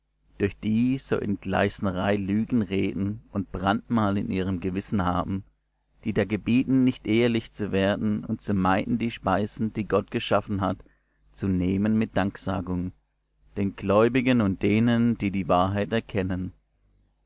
durch die so in gleisnerei lügen reden und brandmal in ihrem gewissen haben die da gebieten nicht ehelich zu werden und zu meiden die speisen die gott geschaffen hat zu nehmen mit danksagung den gläubigen und denen die die wahrheit erkennen